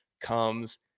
comes